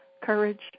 courage